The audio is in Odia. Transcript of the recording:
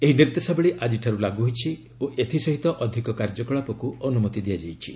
ଏହି ନିର୍ଦ୍ଦେଶାବଳୀ ଆଜିଠାରୁ ଲାଗୁ ହୋଇଛି ଓ ଏଥିସହିତ ଅଧିକ କାର୍ଯ୍ୟକଳାପକୁ ଅନୁମତି ଦିଆଯାଇଛି